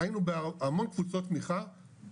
היינו בהמון קבוצות תמיכה,